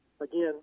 Again